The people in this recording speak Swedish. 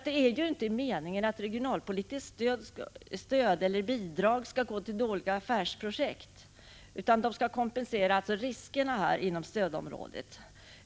Det är inte meningen att regionalpolitiskt stöd eller bidrag skall gå till dåliga affärsprojekt, utan de skall kompensera för riskerna inom stödområdet.